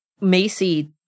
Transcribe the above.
Macy